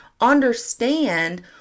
understand